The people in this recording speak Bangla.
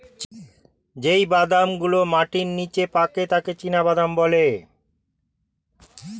যেই বাদাম গুলো মাটির নিচে পাকে তাকে চীনাবাদাম বলে